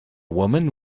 woman